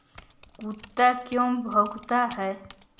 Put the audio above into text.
कुत्ता क्यों भौंकता है?